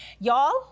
y'all